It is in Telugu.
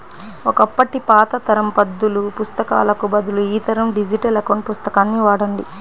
ఒకప్పటి పాత తరం పద్దుల పుస్తకాలకు బదులు ఈ తరం డిజిటల్ అకౌంట్ పుస్తకాన్ని వాడండి